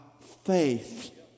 faith